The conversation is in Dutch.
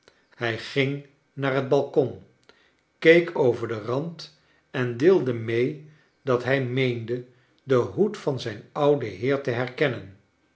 hij ging naar het balcon keek over den rand en deelde mee dat hij meende den hoed van zijn ouwe heer te herkennen